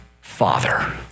Father